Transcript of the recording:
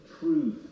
truth